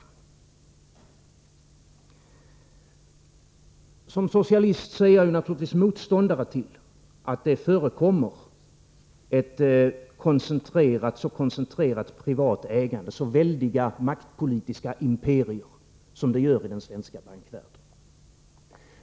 Som socialist är jag naturligtvis motståndare till att det förekommer ett så koncentrerat privat ägande, så väldiga maktpolitiska imperier som i den svenska bankvärlden.